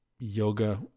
yoga